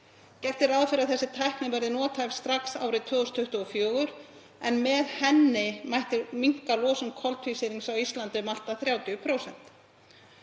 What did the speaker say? Gert er ráð fyrir að þessi tækni verði nothæf strax árið 2024 en með henni mætti minnka losun koltvísýrings á Íslandi um allt að 30%.